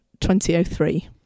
2003